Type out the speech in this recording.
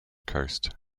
coast